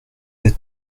êtes